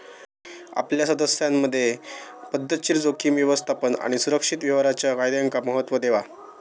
आपल्या सदस्यांमधे पध्दतशीर जोखीम व्यवस्थापन आणि सुरक्षित व्यवहाराच्या फायद्यांका महत्त्व देवा